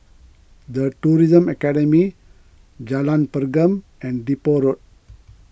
the Tourism Academy Jalan Pergam and Depot Road